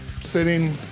sitting